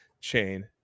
chain